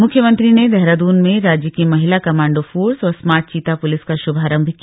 मुख्यमंत्री ने देहरादनू में राज्य की महिला कमाण्डो फोर्स और स्मार्ट चीता प्लिस का श्भारम्भ किया